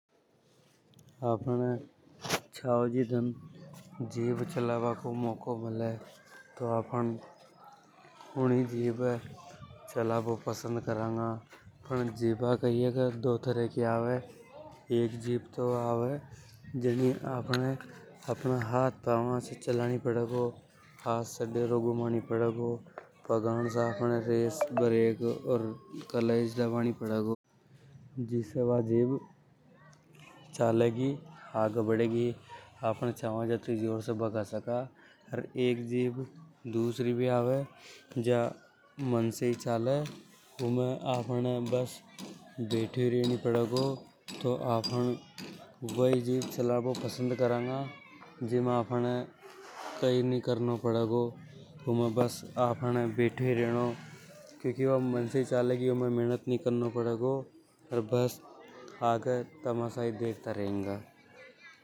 आफ़न छाव जी दन जीब चलाबा को मौकों मले तो आपन जिब चलाबों पसंद करंगा। पन जीभा कई हे के दो तरह की रेवे एक जीभ तो व आवे जिनिय अपना हाथ पाँव से चलानी पड़ेंगे। हाथ से ढेरों घूमनी पड़ेगो पागा से आपने रेस ब्रेक ओर कलेज दबानी पड़ेगो। बढ़ेगी अपन छाबा जत्ती जोर से भगा सका । अर एक जीभ दूसरी भी आवे जा मन से ही चाले उमें आपहने बेटियों ही रेणी पढ़ेगो। तो आपहने वाई जीभ चलाबो पसंद करंगा जीमे आपहने बेटियों ही रेनो पड़ेगा। क्योंकि वा मनसे ही चलेगी उमे आवाहने मेहनत नि करनी पड़ेगी। अर बेस आगे तमाशा ही देखता रेंगा।